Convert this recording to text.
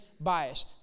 bias